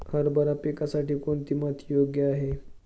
हरभरा पिकासाठी कोणती माती योग्य आहे?